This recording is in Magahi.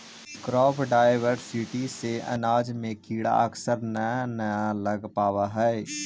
क्रॉप डायवर्सिटी से अनाज में कीड़ा अक्सर न न लग पावऽ हइ